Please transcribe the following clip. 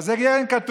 אבל זה כן כתוב,